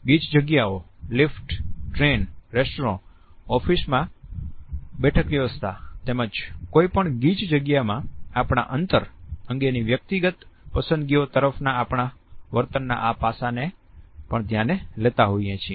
ગીચ જગ્યાઓ lift train restaurant ઓફિસમાં બેઠક વ્યવસ્થા તેમજ કોઈપણ ગીચ જગ્યામાં આપણા અંતર અંગેની વ્યક્તિગત પસંદગીઓ તરફના આપણા વર્તનના આ પાસાને પણ ધ્યાને લેતા હોઈએ છીએ